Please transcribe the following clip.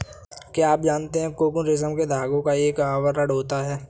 क्या आप जानते है कोकून रेशम के धागे का एक आवरण होता है?